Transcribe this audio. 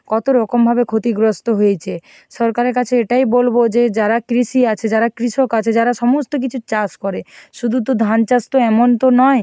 কতো রকমভাবে ক্ষতিগ্রস্ত হয়েছে সরকারের কাছে এটাই বলবো যে যারা কৃষি আছে যারা কৃষক আছে যারা সমস্ত কিছুর চাষ করে শুধু তো ধান চাষ তো এমন তো নয়